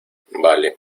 vale